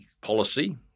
policy –